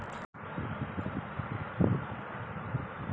మొక్కజొన్నల కత్తెర పురుగుని నివారించడం ఎట్లా?